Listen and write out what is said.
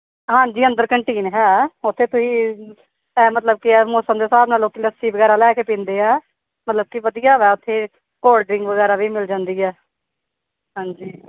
ਹਾਂਜੀ ਅੰਦਰ ਕੰਟੀਨ ਹੈ ਉੱਥੇ ਤੁਸੀਂ ਮਤਲਬ ਕਿ ਹੈ ਮੌਸਮ ਦੇ ਹਿਸਾਬ ਨਾਲ ਲੋਕ ਲੱਸੀ ਵਗੈਰਾ ਲੈ ਕੇ ਪੀਂਦੇ ਆ ਮਤਲਬ ਕਿ ਵਧੀਆ ਹੈ ਉੱਥੇ ਕੋਲ ਡਰਿੰਕ ਵਗੈਰਾ ਵੀ ਮਿਲ ਜਾਂਦੀ ਹੈ ਹਾਂਜੀ